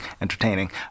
entertaining